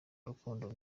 urukundo